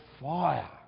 fire